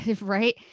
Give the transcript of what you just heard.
right